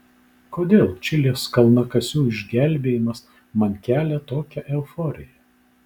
kodėl čilės kalnakasių išgelbėjimas man kelia tokią euforiją